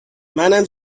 منم